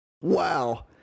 Wow